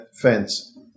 fence